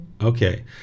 Okay